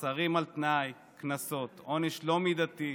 מאסרים על תנאי וקנסות, עונש לא מידתי,